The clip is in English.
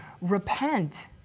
repent